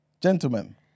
Gentlemen